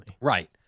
Right